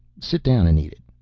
sit down and eat it.